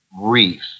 reef